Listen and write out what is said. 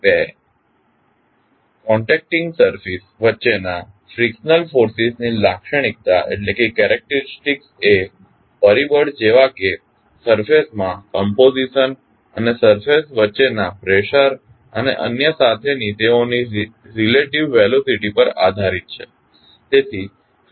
બે contacting surface વચ્ચેના frictional ફોર્સિસની લાક્ષણિકતા એ પરિબળૂ જેવા કે સરફેસ ના કમ્પોઝિશન અને સરફેસિસ વચ્ચેના પ્રેસર અને અન્ય સાથેની તેઓની રિલેટીવ વેલોસીટી પર આધારિત છે